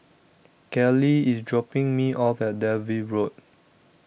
Callie IS dropping Me off At Dalvey Road